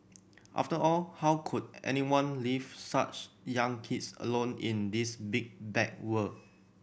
after all how could anyone leave such young kids alone in this big bad world